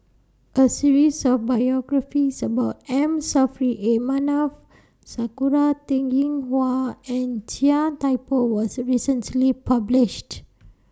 A series of biographies about M Saffri A Manaf Sakura Teng Ying Hua and Chia Thye Poh was recently published